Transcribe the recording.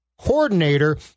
coordinator